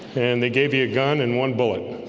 and they gave you a gun in one bullet